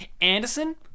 Anderson